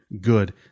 good